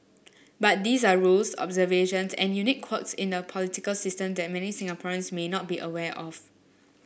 but these are rules observations and unique quirks in a political system that many Singaporeans may not be aware of